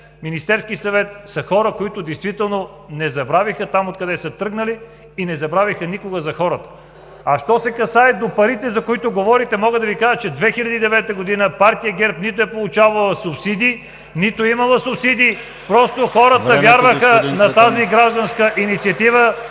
Министерския съвет са хора, които действително не забравиха откъде са тръгнали и не забравиха никога за хората. А що се отнася до парите, за които говорите, мога да Ви кажа, че през 2009 г. партия ГЕРБ нито е получавала субсидии, нито е имала субсидии. Просто хората вярваха на тази гражданска инициатива